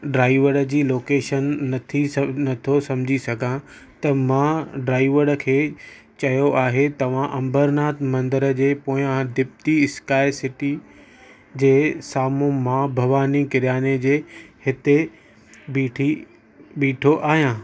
driver जी location नथी नथो सम्झी सघां त मां ड्राइवर खे चयो आहे तव्हां अंबरनाथ मंदर जे पोयां दिप्ती स्काइ सिटी जे साम्हूं मां भवानी किरयाणे जे हिते बिठी बिठो आहियां